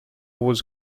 was